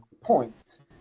points